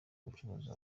bucuruzi